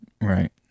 Right